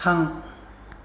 थां